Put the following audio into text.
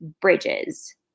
bridges